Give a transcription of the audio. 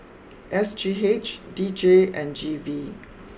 S G H D J and G V